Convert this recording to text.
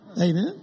Amen